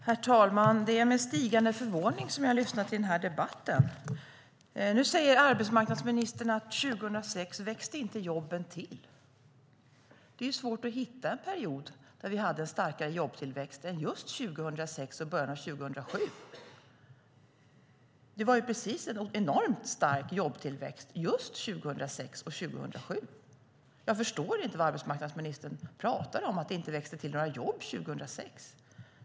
Herr talman! Det är med stigande förvåning som jag lyssnar till den här debatten. Nu säger arbetsmarknadsministern att 2006 växte inte jobben till. Det är svårt att hitta en period där vi hade en starkare jobbtillväxt än just 2006 och början av 2007. Det var en enormt stark jobbtillväxt just 2006 och 2007. Jag förstår inte vad arbetsmarknadsministern pratar om när hon säger att det inte växte till några jobb 2006.